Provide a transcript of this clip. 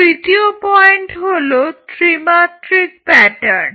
তৃতীয় পয়েন্ট হলো ত্রিমাত্রিক প্যাটার্ন